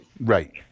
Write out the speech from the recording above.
Right